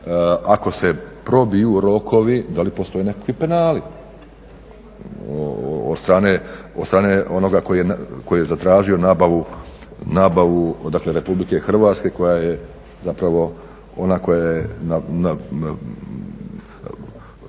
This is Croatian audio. ako se probiju rokovi da li postoje nekakvi penali od strane onoga koji je zatražio nabavu dakle Republike Hrvatske koja je zapravo ona koja je